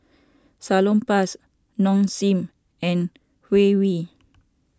Salonpas Nong Shim and Huawei